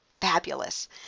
fabulous